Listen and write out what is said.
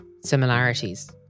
similarities